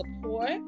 support